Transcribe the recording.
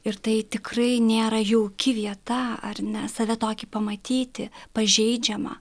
ir tai tikrai nėra jauki vieta ar ne save tokį pamatyti pažeidžiamą